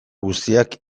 guztiak